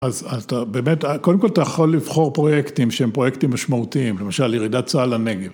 אז אתה באמת, קודם כל אתה יכול לבחור פרויקטים שהם פרויקטים משמעותיים, למשל ירידת צה״ל לנגב.